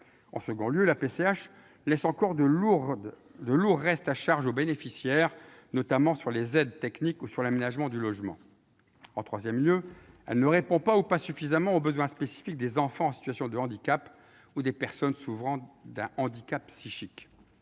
Ensuite, la PCH laisse encore de lourds restes à charge aux bénéficiaires, notamment sur les aides techniques ou sur l'aménagement du logement. En outre, elle ne répond pas, ou insuffisamment, aux besoins spécifiques des enfants en situation de handicap ou des personnes souffrant d'un handicap psychique.